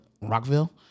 Rockville